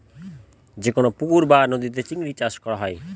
যেকোনো পুকুর বা নদীতে চিংড়ি চাষ করা হয়